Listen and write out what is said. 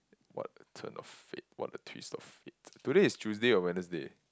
what a turn of fate what a twist of fate today is Tuesday or Wednesday